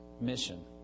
mission